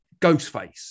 ghostface